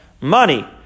money